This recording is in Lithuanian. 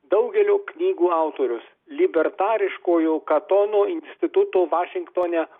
daugelio knygų autorius libertariškojo katono instituto vašingtone